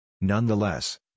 Nonetheless